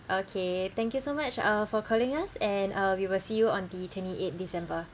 okay thank you so much uh for calling us and uh we will see you on the twenty eight december